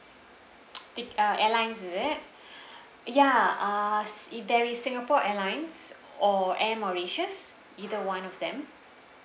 ti~ uh airlines is it ya uh if there is singapore airlines or air mauritius either one of them